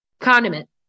Condiment